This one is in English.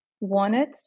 wanted